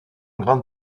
grande